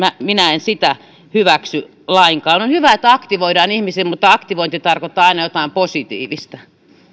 minä en sitä hyväksy lainkaan on hyvä että aktivoidaan ihmisiä mutta aktivointi tarkoittaa aina jotain positiivista